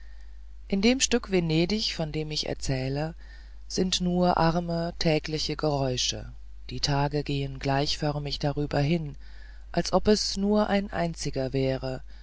in dem stück venedig von dem ich erzähle sind nur arme tägliche geräusche die tage gehen gleichförmig darüber hin als ob es nur ein einziger wäre